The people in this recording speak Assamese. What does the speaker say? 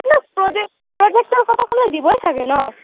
কিন্তু প্ৰজেক্ট প্ৰজেক্টৰ কথা ক'লে দিব চাগে ন'